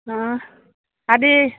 ಹಾಂ ಅದೇ